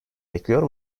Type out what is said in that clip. bekliyor